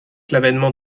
l’avènement